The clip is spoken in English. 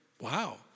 Wow